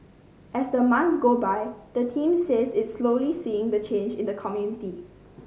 as the months go by the team says it is slowly seeing change in the community